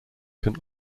can